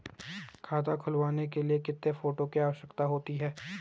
खाता खुलवाने के लिए कितने फोटो की आवश्यकता होती है?